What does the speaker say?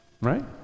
Right